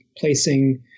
placing